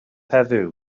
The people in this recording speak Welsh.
heddiw